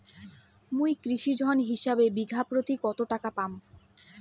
মুই কৃষি ঋণ হিসাবে বিঘা প্রতি কতো টাকা পাম?